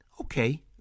Okay